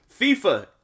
FIFA